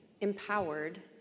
empowered